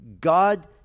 God